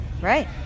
Right